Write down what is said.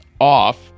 off